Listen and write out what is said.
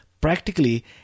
practically